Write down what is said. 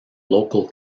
local